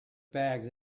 bags